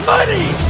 Money